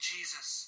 Jesus